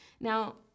Now